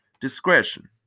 discretion